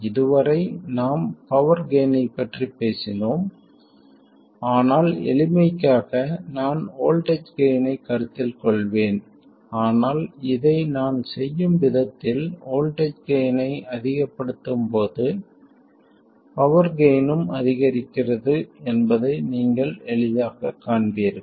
இதுவரை நாம் power gain ஐப் பற்றி பேசினோம் ஆனால் எளிமைக்காக நான் வோல்ட்டேஜ் கெய்ன் ஐக் கருத்தில் கொள்வேன் ஆனால் இதை நான் செய்யும் விதத்தில் வோல்ட்டேஜ் கெய்ன் ஐக் அதிகப்படுத்தும் போது பவர் கெய்ன் ஐயும் அதிகரிக்கிறது என்பதை நீங்கள் எளிதாகக் காண்பீர்கள்